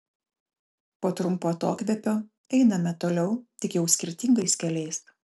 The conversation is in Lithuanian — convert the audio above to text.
po trumpo atokvėpio einame toliau tik jau skirtingais keliais